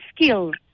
skills